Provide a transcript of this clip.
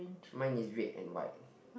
mine is red and white